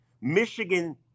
Michigan